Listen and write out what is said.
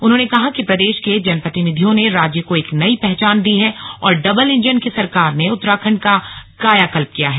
उन्होंने कहा कि प्रदेश के जनप्रतिनिधियों ने राज्य को एक नई पहचान दी है और डबल इंजन की सरकार ने उत्तराखंड का कायाकल्प किया है